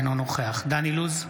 אינו נוכח דן אילוז,